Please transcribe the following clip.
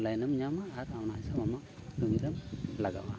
ᱞᱟᱭᱤᱱᱮᱢ ᱧᱟᱢᱟ ᱟᱨ ᱚᱱᱟ ᱦᱤᱥᱟᱹᱵ ᱟᱢᱟᱜ ᱠᱟᱢᱤᱨᱮᱢ ᱞᱟᱜᱟᱣᱟ